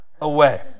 away